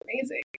amazing